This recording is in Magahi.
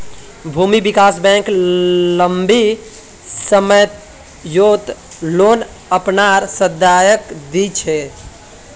भूमि विकास बैंक लम्बी सम्ययोत लोन अपनार सदस्यक दी छेक